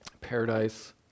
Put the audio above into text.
Paradise